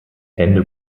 ende